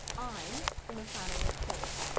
i'm from a family of four.